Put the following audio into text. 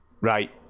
Right